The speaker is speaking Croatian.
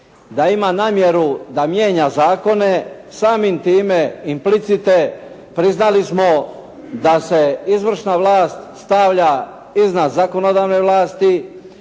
da ima namjeru da mijenja zakone samim time implicite priznali smo da se izvršna vlast stavlja iznad zakonodavne vlasti